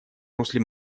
русле